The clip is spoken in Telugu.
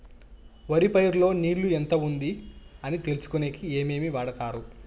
వరి పైరు లో నీళ్లు ఎంత ఉంది అని తెలుసుకునేకి ఏమేమి వాడతారు?